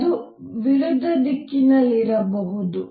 ಅದು ವಿರುದ್ಧ ದಿಕ್ಕಿನಲ್ಲಿರಬಹುದು